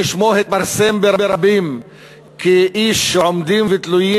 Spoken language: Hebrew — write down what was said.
ששמו התפרסם ברבים כאיש שעומדים ותלויים